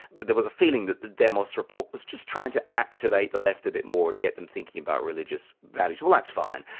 but there was a feeling that the demos report was just trying to activate the left a bit more and get them thinking about religious values. well that's fine.